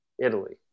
Italy